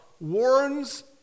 warns